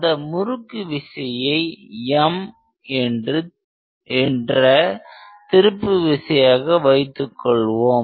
அந்த முறுக்கு விசையை M என்ற திருப்பு விசையாக வைத்துக்கொள்வோம்